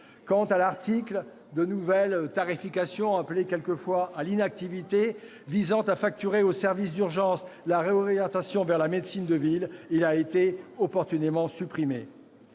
Quant à l'article sur la nouvelle tarification « à l'inactivité » visant à facturer aux services d'urgence la réorientation vers la médecine de ville, il a été opportunément supprimé.